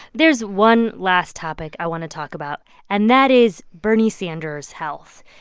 there's one last topic i want to talk about, and that is bernie sanders' health.